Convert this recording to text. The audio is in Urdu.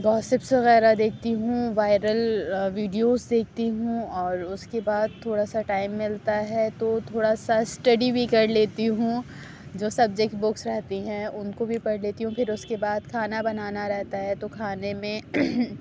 گاسپس وغیرہ دیکھتی ہوں وائرل ویڈیوز دیکھتی ہوں اور اس کے بعد تھوڑا سا ٹائم ملتا ہے تو تھوڑا سا اسٹڈی بھی کر لیتی ہوں جو سبجیکٹ بکس رہتی ہیں ان کو بھی پڑھ لیتی ہوں پھر اس کے بعد کھانا بنانا رہتا ہے تو کھانے میں